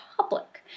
public